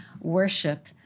worship